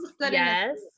yes